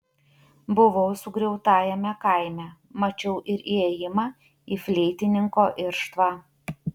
buvau sugriautajame kaime mačiau ir įėjimą į fleitininko irštvą